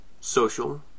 social